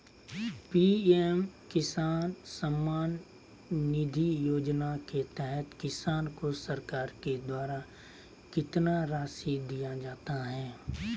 PM Kisan Samman Nidhi Yojana के तहत किसान को सरकार के द्वारा कितना रासि दिया जाता है?